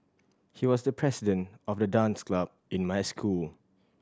he was the president of the dance club in my school